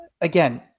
Again